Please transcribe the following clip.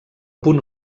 punt